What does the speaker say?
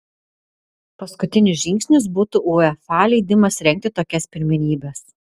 paskutinis žingsnis būtų uefa leidimas rengti tokias pirmenybes